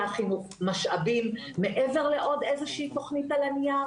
החינוך משאבים מעבר לעוד איזושהי תכנית על הנייר?